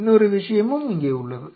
இன்னொரு விஷயம் இங்கே உள்ளது